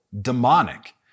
demonic